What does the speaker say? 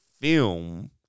film